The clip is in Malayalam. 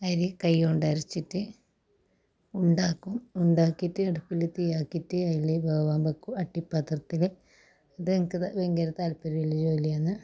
അരി കൈ കൊണ്ടരച്ചിട്ട് ഉണ്ടാക്കും ഉണ്ടാക്കീട്ട് അടുപ്പിൽ തീയ്യാക്കീട്ട് അത്തിൽ വേവാവ്വെക്കും അട്ടിപ്പാത്രത്തിൽ അതെനിക്ക് ഭയങ്കര താൽപ്പര്യമുള്ള ജോലിയാന്ന്